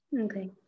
Okay